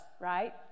right